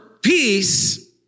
peace